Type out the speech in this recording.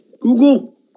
Google